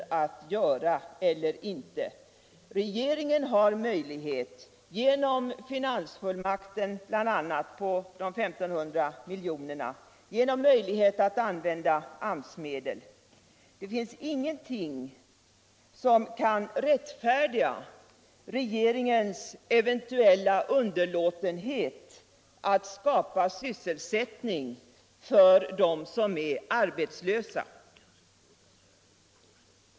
Regeringen har möjlighet att ta fram pengar, bl.a. genom finansfullmakten på 1 500 milj.kr. eller genom att använda AMS-medel. Det finns ingenting som kan rättfärdiga regeringens eventuella underlåtenhet att skapa sysselsättning för dem som är arbetslösa.